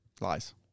Lies